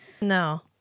No